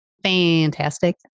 Fantastic